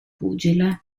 pugile